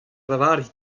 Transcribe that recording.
lavarit